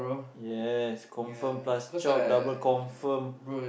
yes confirm plus chop double confirm